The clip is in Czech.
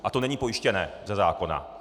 A to není pojištěné ze zákona.